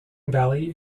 valley